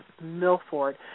Milford